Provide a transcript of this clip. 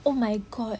oh my god